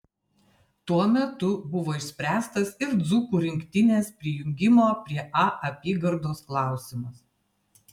tuo metu buvo išspręstas ir dzūkų rinktinės prijungimo prie a apygardos klausimas